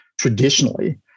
traditionally